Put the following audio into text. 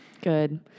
good